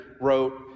wrote